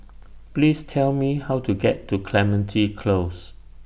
Please Tell Me How to get to Clementi Close